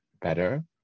better